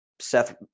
Seth